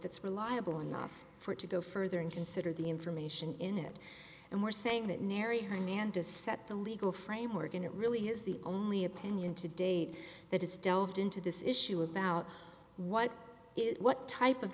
that's reliable enough for it to go further and consider the information in it and we're saying that neri hernandez set the legal framework and it really is the only opinion to date that has delved into this issue about what it what type of